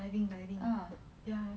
diving diving ya